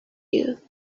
you